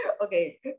Okay